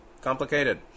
complicated